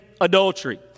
adultery